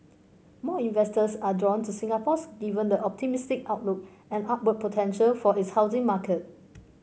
more investors are drawn to Singapore's given the optimistic outlook and upward potential for its housing market